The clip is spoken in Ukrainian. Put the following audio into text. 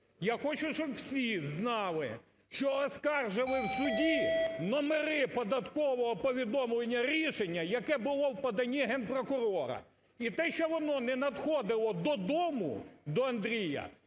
Я хочу, щоб всі знали, що оскаржили в суді номери податкового повідомлення-рішення, яке було в поданні Генпрокурора. І те, що воно не надходило до дому до Андрія,